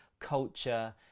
culture